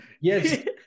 Yes